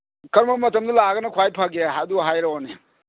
ꯀꯔꯝꯕ ꯃꯇꯝꯗ ꯂꯥꯛꯑꯒꯅ ꯈ꯭ꯋꯥꯏ ꯐꯒꯦ ꯑꯗꯨ ꯍꯥꯏꯔꯛꯑꯣꯅꯦ